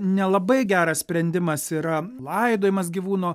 nelabai geras sprendimas yra laidojimas gyvūno